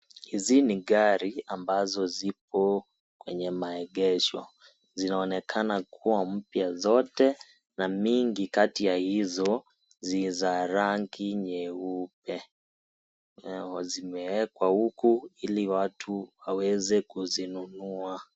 Hizi ni gari ambazo zipo kwenye maegesho, zinaonekana kuwa mpya zote na mingi kati ya hizo niza rangi nyeupe, zimewekwa huko ili watu waweze kuzinunua.